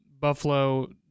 buffalo